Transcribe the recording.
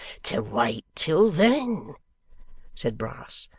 to wait till then said brass.